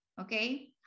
okay